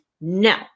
No